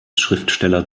schriftsteller